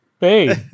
hey